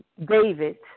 David